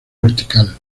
vertical